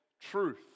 truth